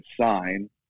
sign